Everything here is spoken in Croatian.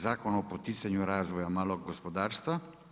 Zakona o poticanju razvoja malog gospodarstva.